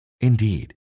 Indeed